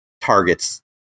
targets